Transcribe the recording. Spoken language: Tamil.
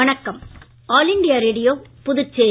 வணக்கம் ஆல் இண்டியா ரேடியோ புதுச்சேரி